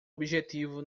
objetivo